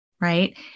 Right